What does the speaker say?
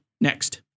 next